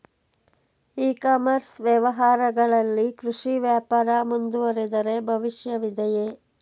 E commerce ವ್ಯವಹಾರಗಳಲ್ಲಿ ಕೃಷಿ ವ್ಯಾಪಾರ ಮುಂದುವರಿದರೆ ಭವಿಷ್ಯವಿದೆಯೇ?